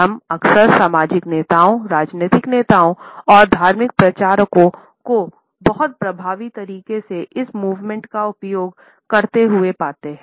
हम अक्सर सामाजिक नेताओं राजनीतिक नेताओं और धार्मिक प्रचारकों को बहुत प्रभावी तरीके से इस मूवमेंट का उपयोग करते हुए पाते हैं